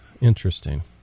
Interesting